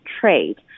trade